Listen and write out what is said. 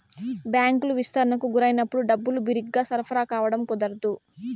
బ్యాంకులు విస్తరణకు గురైనప్పుడు డబ్బులు బిరిగ్గా సరఫరా కావడం కుదరదు